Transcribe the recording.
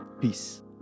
Peace